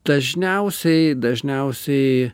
dažniausiai dažniausiai